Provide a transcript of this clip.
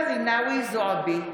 ג'ידא רינאוי זועבי,